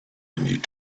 need